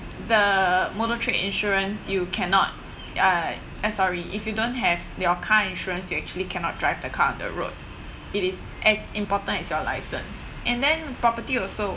the motor trade insurance you cannot ah sorry if you don't have your car insurance you actually cannot drive the car on the road it is as important is your license and then property also